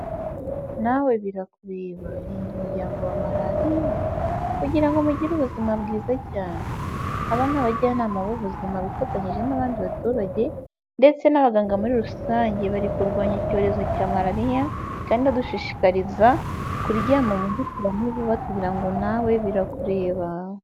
Nawe birakureba rinda umuryango wawe Malariya kugira ngo mugire ubuzima bwiza cyane. Aba ni abajyanama b'ubuzima bifatanyije n'abandi baturage ndetse n'abaganga muri rusange, bari kurwanya icyorezo cya Malariya kandi badushishikariza kuryama mu nzitiramubu batubwira ngo na we birakureba.